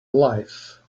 life